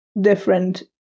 different